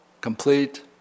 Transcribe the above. complete